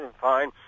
Fine